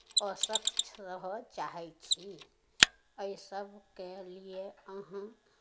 असक्छ रहय चाहै छी एहि सभके लिए अहाँ